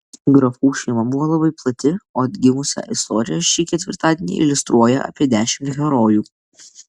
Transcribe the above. grafų šeima buvo labai plati o atgimusią istoriją šį ketvirtadienį iliustruoja apie dešimt herojų